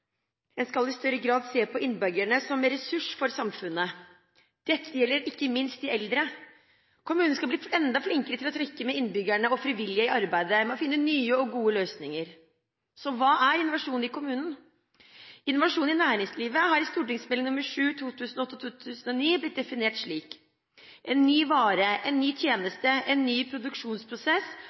En skal i større grad se på innbyggerne som en ressurs for samfunnet. Dette gjelder ikke minst de eldre. Kommunene skal bli enda flinkere til å trekke med innbyggerne og frivillige i arbeidet med å finne nye og gode løsninger. Hva er så innovasjon i kommunene? Innovasjon i næringslivet har i St.meld. nr. 7 for 2008–2009 blitt definert slik: «en ny vare, en ny tjeneste, en ny produksjonsprosess,